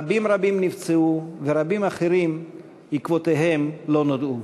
רבים רבים נפצעו ורבים אחרים עקבותיהם לא נודעו.